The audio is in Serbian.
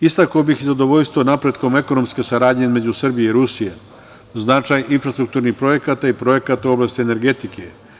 Istakao bih i zadovoljstvo napretkom ekonomske saradnje između Srbije i Rusije, značaj infrastrukturnih projekata i projekata u oblasti energetike.